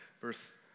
verse